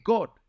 God